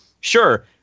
Sure